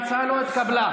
ההצעה לא התקבלה.